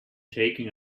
taking